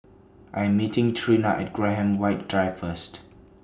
I Am meeting Trina At Graham White Drive First